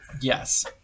Yes